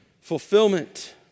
fulfillment